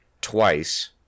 twice